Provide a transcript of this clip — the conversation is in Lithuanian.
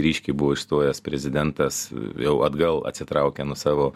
ryškiai buvo išstojęs prezidentas jau atgal atsitraukė nuo savo